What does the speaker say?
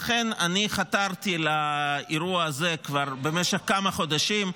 לכן אני חתרתי לאירוע הזה במשך כמה חודשים,